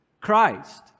Christ